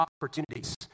opportunities